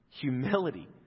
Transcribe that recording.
humility